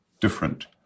different